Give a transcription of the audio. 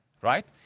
right